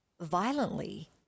violently